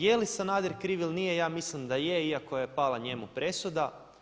Je li Sanader kriv ili nije ja mislim da je, iako je pala njemu presuda.